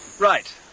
Right